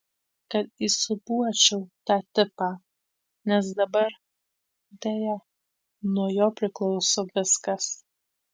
kad įsiūbuočiau tą tipą nes dabar deja nuo jo priklauso viskas